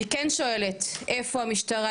אני כן שואלת איפה המשטרה,